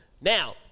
now